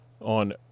on